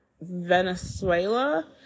Venezuela